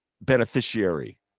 beneficiary